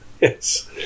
yes